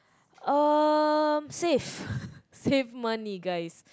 um save save money guys